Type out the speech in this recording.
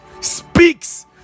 speaks